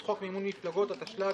אתה יודע,